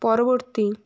পরবর্তী